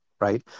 right